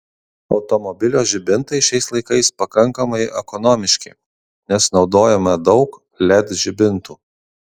automobilio žibintai šiais laikais pakankamai ekonomiški nes naudojama daug led žibintų